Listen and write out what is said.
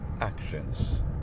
actions